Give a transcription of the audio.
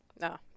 No